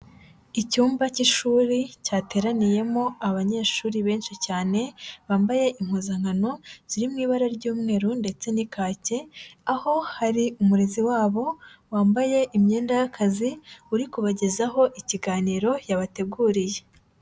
Icyumba cy'ishuri cyateraniyemo abanyeshuri benshi cyane, bambaye impuzankano ziri mu ibara ry'umweru ndetse n'ikake, aho hari umurezi wabo wambaye imyenda y'akazi uri kubagezaho ikiganiro yabateguriye.